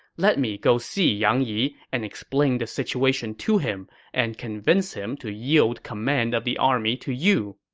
let me go see yang yi and explain the situation to him and convince him to yield command of the army to you.